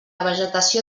vegetació